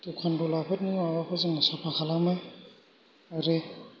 दखान गलाफोर माबाफोर जों साफा खालामो आरो